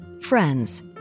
friends